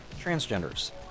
transgenders